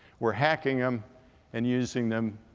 we're hacking them and using them